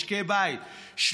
משקי בית,